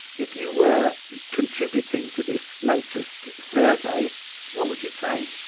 if you were contributing to this latest survey what would you say?